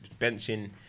benching